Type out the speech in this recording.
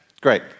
Great